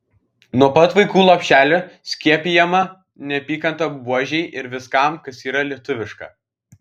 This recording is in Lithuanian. nuo pat vaikų lopšelio skiepijama neapykanta buožei ir viskam kas yra lietuviška